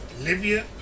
Libya